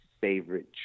favorite